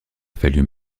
fallu